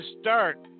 start